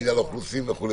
מינהל האוכלוסין וכו',